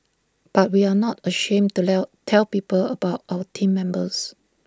but we are not ashamed to tell people about our Team Members